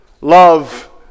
Love